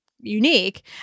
unique